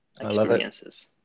experiences